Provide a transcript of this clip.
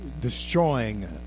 destroying